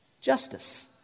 justice